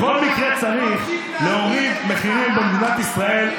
בכל מקרה צריך להוריד מחירים במדינת ישראל,